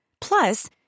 Plus